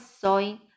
sewing